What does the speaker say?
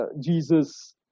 Jesus